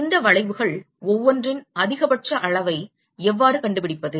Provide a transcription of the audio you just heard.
இந்த வளைவுகள் ஒவ்வொன்றின் அதிகபட்ச அளவை எவ்வாறு கண்டுபிடிப்பது